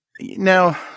Now